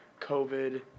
COVID